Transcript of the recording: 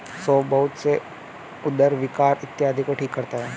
सौंफ बहुत से उदर विकार इत्यादि को ठीक करता है